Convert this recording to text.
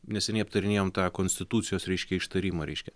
neseniai aptarinėjom tą konstitucijos reiškia ištarimą reiškia